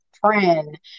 friend